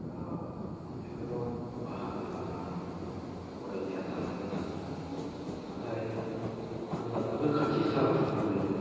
बेफोराव बाहागो लानानै फरायनाया थालांबाय थादोंमोन नाथाय आनजादाबो खाथि थाराव सफैबायमोन